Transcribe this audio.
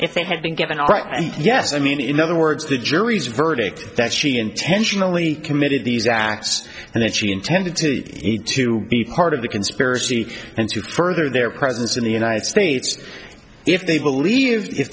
they had been given all right yes i mean in other words the jury's verdict that she intentionally committed these acts and that she intended to be part of the conspiracy and to further their presence in the united states if they believe if